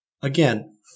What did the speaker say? again